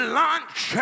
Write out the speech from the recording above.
lunch